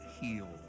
heal